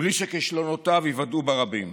בלי שכישלונותיו ייוודעו ברבים.